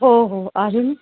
हो हो अजून